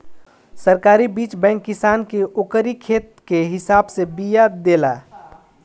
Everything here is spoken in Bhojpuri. सरकारी बीज बैंक किसान के ओकरी खेत के हिसाब से बिया देला